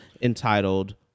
entitled